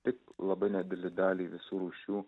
tik labai nedidelę dalį visų rūšių